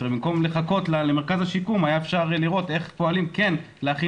במקום לחכות למרכז השיקום אפשר לראות איך פועלים כן להכין